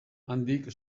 handik